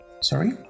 Sorry